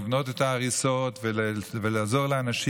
לבנות את ההריסות ולעזור לאנשים.